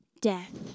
death